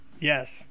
Yes